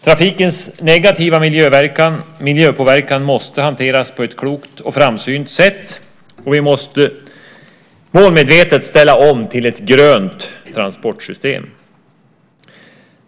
Trafikens negativa miljöpåverkan måste hanteras på ett klokt och framsynt sätt. Vi måste målmedvetet ställa om till ett grönt transportsystem.